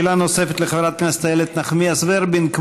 שאלה נוספת לחברת הכנסת איילת נחמיאס ורבין.